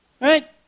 Right